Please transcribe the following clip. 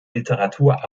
literatur